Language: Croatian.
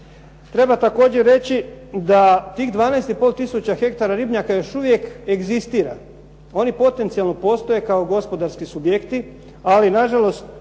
Treba također reći da tih 12 i pol tisuća hektara ribnjaka još uvijek egzistira. Oni potencijalno postoje kao gospodarski subjekti, ali na žalost